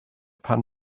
pan